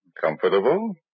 Comfortable